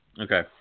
Okay